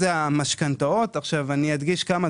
זיהתה להגביר את האיום התחרותי על המערכת